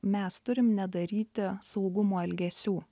mes turim nedaryti saugumo elgesių